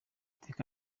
iteka